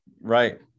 Right